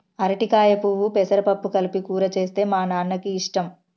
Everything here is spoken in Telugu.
అరటికాయ పువ్వు పెసరపప్పు కలిపి కూర చేస్తే మా నాన్నకి ఇష్టం